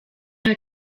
nta